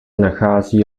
nachází